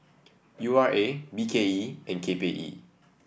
U R A B K E and K P E